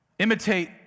imitate